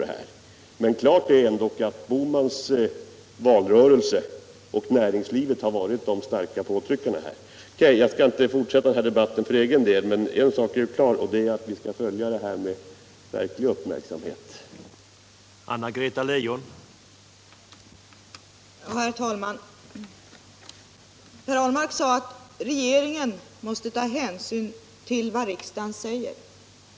Nr 25 Klart är ändå att Gösta Bohmans valrörelse och näringslivet varit de Fredagen den starkaste påtryckarna. Jag skall inte fortsätta den här debatten för egen 11 november 1977 del, men en sak är klar — att vi skall följa frågan med verklig uppmärk samhet. Om planerade ändringar i lagen ANNA-GRETA LEIJON 1: om anställnings Herr talman! Per Ahlmark sade att regeringen måste ta hänsyn till — skydd, m.m. vad riksdagen uttalar.